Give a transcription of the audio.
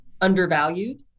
undervalued